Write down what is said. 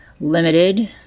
limited